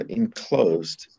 enclosed